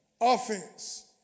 Offense